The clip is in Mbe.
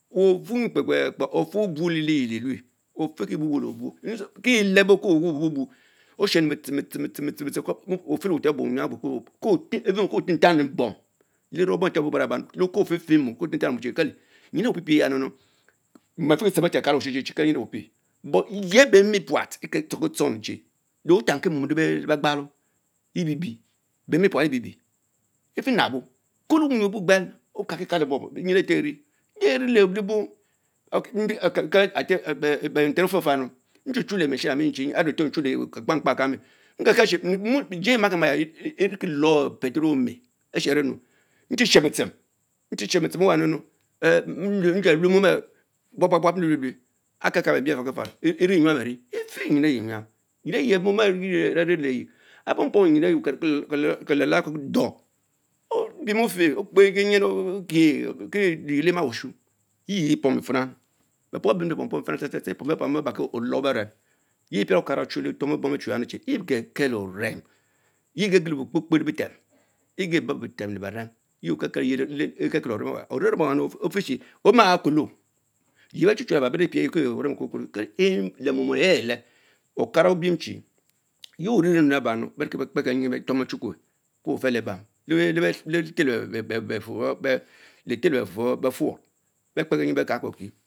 Enyie kpekpekpe Ofibno le-liyiel ee lue, ofike bubule-obuo kie lebo Obubun ashenu batohem bitchenm bitshem because ofice because kotan- ofehle ever, unyuu awon fami bom, le rong bom are elburbur aban ko tantami mom cine kele myin eye pie pie tak minu, nom afikie tshep thie armer kalue Che kelmyin eye opie, but yeh ba meh puat ekel edzonki dzommi cheh lestanki mom le-bagbalo yie ebibie ben men puat yes ebibil etmabo Kuli unyuu obne gbel Okalki Kalo nyin evetor erie, le ane lebo lebo, benten ofer yahna. nchuchu le machine amie arefor nchu le kekpakpa еkаmi edzi makima ya mins evickie Cor petrol ome otshero nchie Shan- bitshem ema mun ens nche we mom ehh buab lawat buonb nuelue ankelka bemie afarks faro, erie vie enxam arie? efimyi eyee nyam nyin eye aileye yeree he anileyce, ak pom Kelalah eh kue dor obiem ofen okpe Kee nyin Okieh kee leyiel Limawusmu, yeh epomu fins, bepom lbe eporm fins epomen beven yea biale econce bom chie yie hetkel orem, yeu gen ukpekpee le bitem, egeh bob wutem lee beren, yero keket exquie ekekel orem, orem awa ofrechie omsa Kula yeah beh chu chose leba lerie pie kie orem okulkulo lemom oyele cekara obiem chi yee wen oririe laba beriekie bekpekenjin bechukwe ko fen lebam letel lebefurr befurr be Kpe keh nyin bekakue.